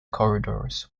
corridors